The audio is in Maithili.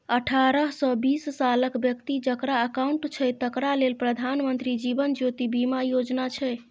अठारहसँ बीस सालक बेकती जकरा अकाउंट छै तकरा लेल प्रधानमंत्री जीबन ज्योती बीमा योजना छै